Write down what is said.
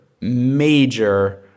major